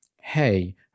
hey